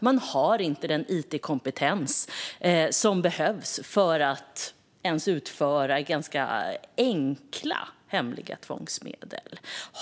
Man har inte den it-kompetens som behövs för att använda ens ganska enkla hemliga tvångsmedel.